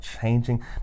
changing